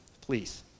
please